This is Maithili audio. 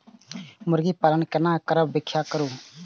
मुर्गी पालन केना करब व्याख्या करु?